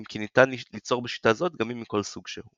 אם כי ניתן ליצור בשיטה זו דגמים מכל סוג שהוא.